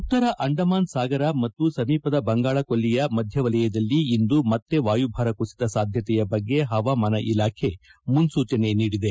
ಉತ್ತರ ಅಂಡಮಾನ್ ಸಾಗರ ಮತ್ತು ಸಮೀಪದ ಬಂಗಾಳಕೊಲ್ಲಿಯ ಮಧ್ಯ ವಲಯದಲ್ಲಿ ಇಂದು ಮತ್ತೆ ವಾಯುಭಾರ ಕುಸಿತ ಸಾಧ್ಯತೆಯ ಬಗ್ಗೆ ಹವಾಮಾನ ಇಲಾಖೆ ಮುನ್ಲೂಚನೆ ನೀಡಿದೆ